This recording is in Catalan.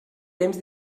temps